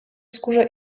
skórze